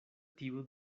tiu